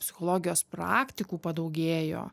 psichologijos praktikų padaugėjo